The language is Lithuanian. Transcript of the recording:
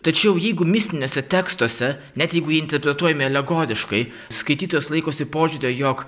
tačiau jeigu mistiniuose tekstuose net jeigu jie interpretuojami alegoriškai skaitytojas laikosi požiūrio jog